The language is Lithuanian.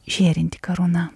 žėrinti karūna